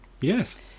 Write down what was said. yes